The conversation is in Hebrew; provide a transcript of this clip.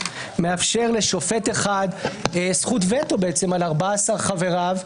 מאפשר לשופט אחד זכות וטו על 14 חבריו.